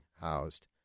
housed